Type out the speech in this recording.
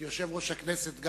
כיושב-ראש הכנסת,